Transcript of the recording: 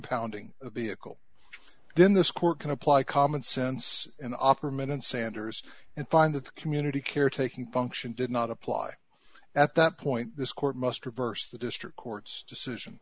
pounding the vehicle then this court can apply common sense in opperman and sanders and find that the community care taking function did not apply at that point this court must reverse the district court's decision